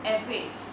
average